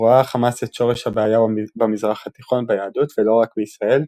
רואה חמאס את שורש הבעיה במזרח התיכון ביהדות ולא רק בישראל,